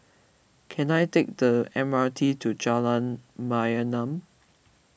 can I take the M R T to Jalan Mayaanam